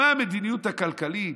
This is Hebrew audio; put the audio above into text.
מהי המדיניות הכלכלית?